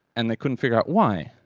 and they couldn't figure out why.